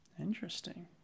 Interesting